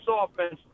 offense